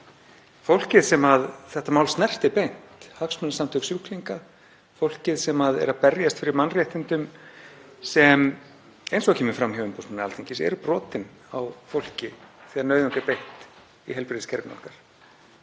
fólkið sem þetta mál snertir beint, hagsmunasamtök sjúklinga, fólkið sem er að berjast fyrir mannréttindum sem, eins og kemur fram hjá umboðsmanni Alþingis, eru brotin á fólki þegar nauðung er beitt í heilbrigðiskerfinu okkar.